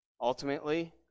Ultimately